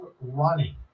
running